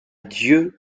dieu